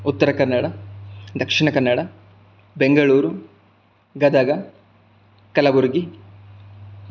Uttara Kannada Dakshina Kannada Bengaluru Gadag कलवुर्गी